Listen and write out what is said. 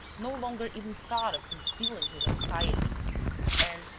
no longer even thought of concealing his anxiety and,